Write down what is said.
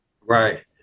Right